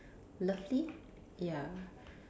lovely ya